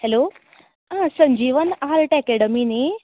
hello आं Sanjivan art academy न्ही